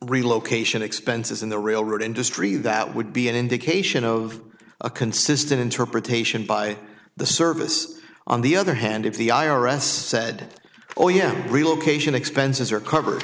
relocation expenses in the railroad industry that would be an indication of a consistent interpretation by the service on the other hand if the i r s said oh yeah relocation expenses are